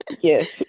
yes